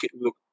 look